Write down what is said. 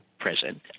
present